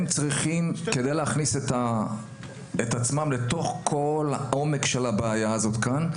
כדי להכניס את עצמם לתוך כל העומק של הבעיה הזו כאן,